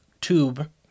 tube